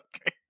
Okay